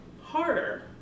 harder